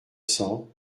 cents